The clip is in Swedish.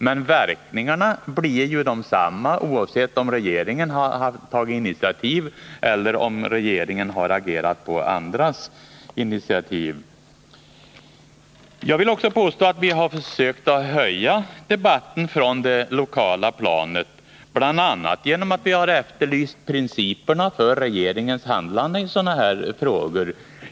Men verkningarna blir ju desamma oavsett om regeringen har tagit initiativet eller om regeringen har agerat på andra initiativ. Jag vill också påstå att vi har sökt höja debatten över det lokala planet, bl.a. genom att vi har efterlyst principerna för regeringens handlande i sådana här frågor.